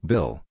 Bill